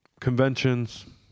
conventions